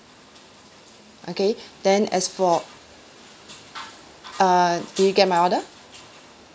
okay then as for err did you get my order